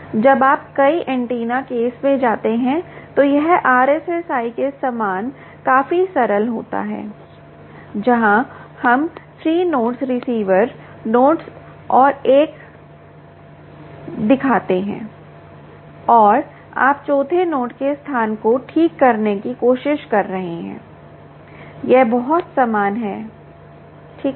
जब आप कई एंटेना केस में जाते हैं तो यह RSSI के समान काफी सरल होता है जहाँ हम 3 नोड्स रिसीवर नोड्स और एक दिखाते हैं और आप चौथे नोड के स्थान को ठीक करने की कोशिश कर रहे हैं यह बहुत समान है ठीक है